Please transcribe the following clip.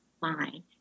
fine